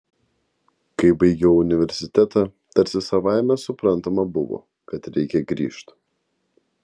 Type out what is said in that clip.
kai baigiau universitetą tarsi savaime suprantama buvo kad reikia grįžt